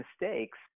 mistakes